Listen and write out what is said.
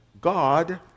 God